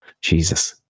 Jesus